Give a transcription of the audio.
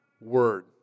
Word